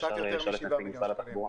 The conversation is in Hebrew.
אפשר לשאול את נציג משרד התחבורה.